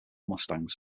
mustangs